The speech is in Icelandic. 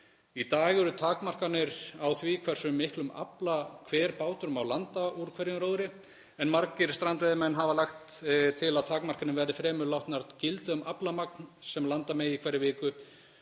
Í dag eru takmarkanir á því hversu miklum afla hver bátur má landa úr hverjum róðri en margir strandveiðimenn hafa lagt til að takmarkanir verði fremur látnar gilda um aflamagn sem landa megi í hverri viku.